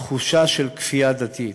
תחושה של כפייה דתית,